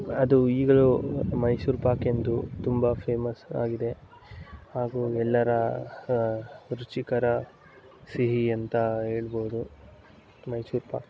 ಅದು ಈಗಲೂ ಮೈಸೂರು ಪಾಕ್ ಎಂದು ತುಂಬ ಫೇಮಸ್ ಆಗಿದೆ ಹಾಗೂ ಎಲ್ಲರ ರುಚಿಕರ ಸಿಹಿಯಂತ ಹೇಳ್ಬೋದು ಮೈಸೂರು ಪಾಕ್